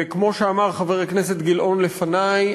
וכמו שאמר חבר הכנסת גילאון לפני,